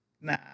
Nah